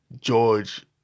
George